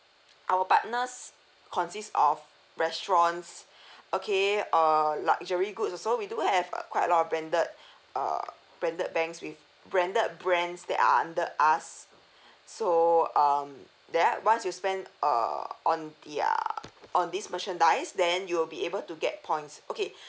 our partners consists of restaurants okay err luxury good also we do have uh quite a lot of branded uh branded banks with branded brands that are under us so um that I once you spend err on their on this merchandise then you'll be able to get points okay